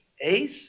Ace